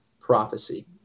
prophecy